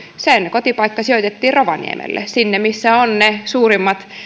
kotipaikka sijoitettiin rovaniemelle sinne missä ovat ne suurimmat